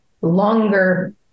longer